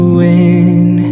win